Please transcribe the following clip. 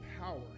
power